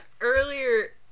earlier